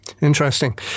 Interesting